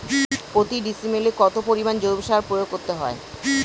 প্রতি ডিসিমেলে কত পরিমাণ জৈব সার প্রয়োগ করতে হয়?